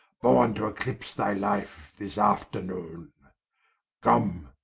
borne to eclipse thy life this afternoone come,